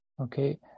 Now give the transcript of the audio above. Okay